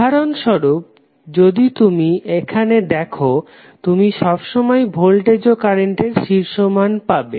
উদাহরণ স্বরূপ যদি তুমি এখানে দেখো তুমি সবসময়েই ভোল্টেজ ও কারেন্টের শীর্ষ মান পাবে